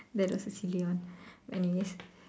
that was actually one anyways